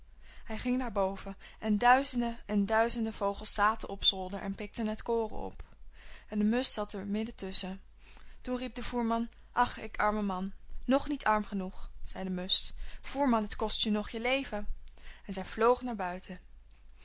hij ging naar boven en duizenden en duizenden vogels zaten op zolder en pikten het koren op en de musch zat er midden tusschen toen riep de voerman ach ik arme man nog niet arm genoeg zei de musch voerman het kost je nog je leven en zij vloog naar buiten